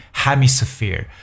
hemisphere